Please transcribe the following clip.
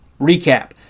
recap